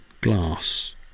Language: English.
glass